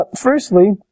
Firstly